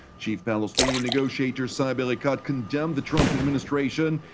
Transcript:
chief palestinian negotiator saeb erekat condemned the trump administration,